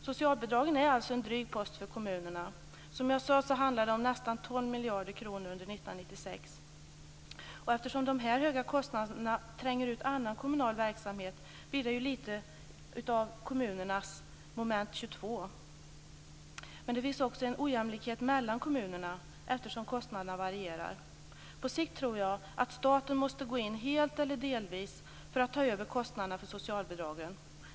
Socialbidragen är alltså en dryg post för kommunerna. Som jag sade handlade det om nästan 12 miljarder kronor år 1996. Eftersom de här höga kostnaderna tränger ut annan kommunal verksamhet blir det litet av kommunernas moment 22. Men det finns också en ojämlikhet mellan kommunerna, eftersom kostnaderna varierar. På sikt tror jag att staten måste gå in helt eller delvis för att ta över kostnaderna för socialbidragen.